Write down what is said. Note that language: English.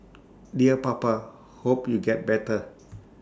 dear papa hope you get better